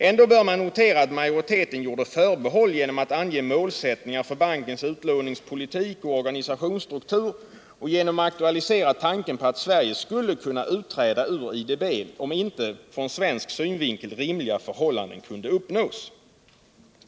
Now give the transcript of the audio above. Ändå bör man notera att majoriteten gjorde förbehåll genom att ange målsättningar för bankens utlåningspolitik och organisationsstruktur och genom att aktualisera tanken på att Sverige skulle kunna utträda ur IDB, om inte från svensk synvinkel rimliga förhållanden kunde uppnås.